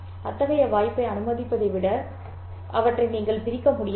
அத்தகைய வாய்ப்பை அனுமதிப்பதை விட அவற்றை நீங்கள் பிரிக்க முடியாது